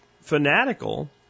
fanatical